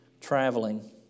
traveling